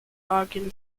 ogden